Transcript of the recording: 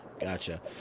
Gotcha